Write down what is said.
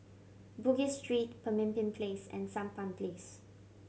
Bugis Street Pemimpin Place and Sampan Place